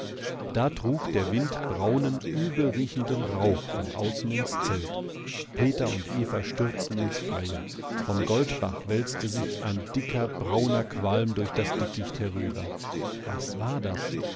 da trug der wind braunen übelriechenden rauch von außen ins zelt peter und eva stürzten ins freie vom goldbach wälzte sich dicker brauner qualm durch das dickicht herüber was war das